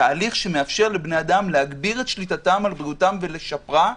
תהליך שמאפשר לבני אדם להגביר על שליטתם על בריאותם ולשפרה,